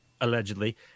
allegedly